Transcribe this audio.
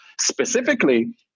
Specifically